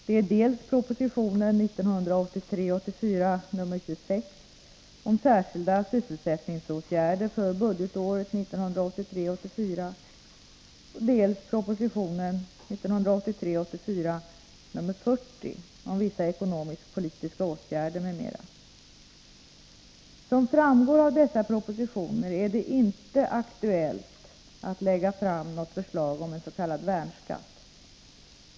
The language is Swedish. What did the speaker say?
Det är dels proposition 1983 84, dels proposition 1983/84:40 om vissa ekonomisk-politiska åtgärder m.m. Som framgår av dessa propositioner är det inte aktuellt att lägga fram något förslag om en s.k. värnskatt.